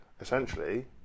essentially